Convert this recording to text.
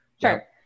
Sure